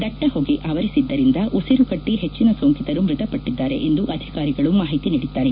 ದಟ್ಟ ಹೊಗೆ ಆವರಿಸಿದ್ದರಿಂದ ಉಸಿರುಕಟ್ಟ ಹೆಚ್ಚನ ಸೋಂಕಿತರು ಮೃತಪಟ್ಟಿದ್ದಾರೆ ಎಂದು ಅಧಿಕಾರಿಗಳು ಮಾಹಿತಿ ನೀಡಿದ್ದಾರೆ